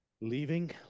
leaving